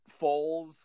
Foles